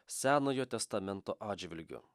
senojo testamento atžvilgiu